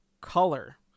color